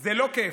זה לא כיף.